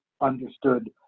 understood